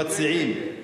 המציעים,